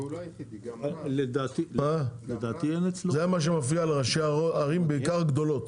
זה מה שמפריע לו, ערים בעיקר גדולות,